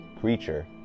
Creature